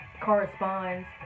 Corresponds